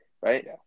right